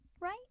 right